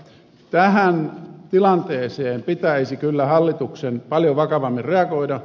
tähän tilanteeseen pitäisi kyllä hallituksen paljon vakavammin reagoida